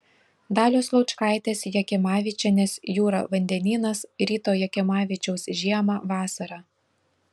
dalios laučkaitės jakimavičienės jūra vandenynas ryto jakimavičiaus žiemą vasarą